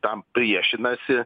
tam priešinasi